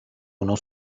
uno